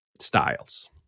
styles